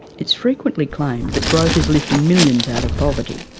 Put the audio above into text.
it's frequently claimed that growth is lifting millions out of poverty.